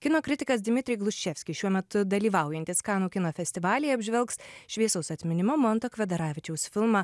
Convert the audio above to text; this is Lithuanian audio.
kino kritikas dimitrij gluševskis šiuo metu dalyvaujantis kanų kino festivalyje apžvelgs šviesaus atminimo manto kvedaravičiaus filmą